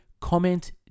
comment